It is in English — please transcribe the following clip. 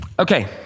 Okay